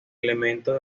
elementos